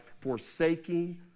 forsaking